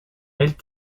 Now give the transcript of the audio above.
elle